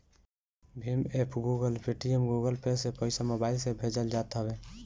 Bhim app, Google, Paytm, Google Pay से पईसा mobile से भेजल जात हवे